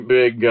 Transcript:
big